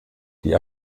die